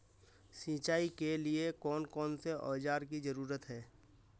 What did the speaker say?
सिंचाई के लिए कौन कौन से औजार की जरूरत है?